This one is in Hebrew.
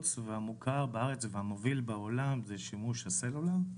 הנפוץ והמוכר בארץ וגם המוביל בעולם זה שימוש הסלולר.